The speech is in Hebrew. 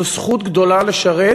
זו זכות גדולה לשרת